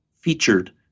featured